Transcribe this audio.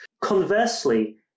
Conversely